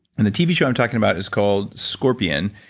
and the tv show i'm talking about is called scorpion,